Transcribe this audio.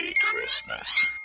Christmas